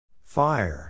Fire